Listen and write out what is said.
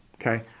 okay